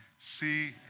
See